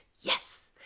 yes